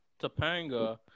Topanga